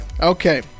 okay